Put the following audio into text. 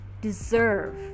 deserve